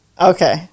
okay